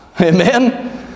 Amen